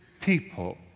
people